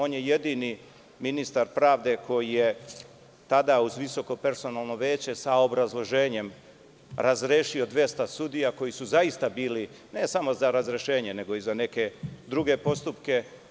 On je jedini ministar pravde koji je tada uz visoko personalno veće sa obrazloženjem razrešio 200 sudija koji su zaista bili, ne samo za razrešenje, nego i za neke druge postupke.